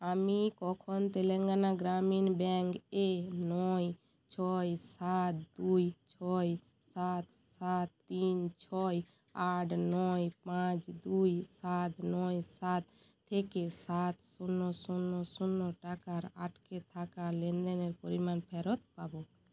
আমি কখন তেলেঙ্গানা গ্রামীণ ব্যাঙ্ক এ নয় ছয় সাত দুই ছয় সাত সাত তিন ছয় আট নয় পাঁচ দুই সাত নয় সাত থেকে সাত শূন্য শূন্য শূন্য টাকার আটকে থাকা লেনদেনের পরিমাণ ফেরত পাবো